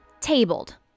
tabled